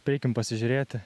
tai eikim pasižiūrėti